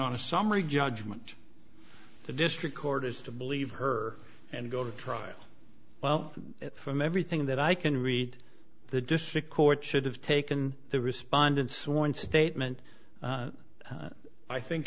on a summary judgment the district court has to believe her and go to trial well from everything that i can read the district court should have taken the respondents sworn statement i think